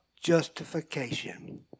justification